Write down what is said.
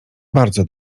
bardzo